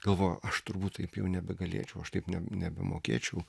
galvoju aš turbūt taip jau nebegalėčiau aš taip ne nebemokėčiau